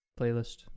playlist